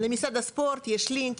למשרד הספורט יש לינק,